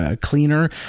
cleaner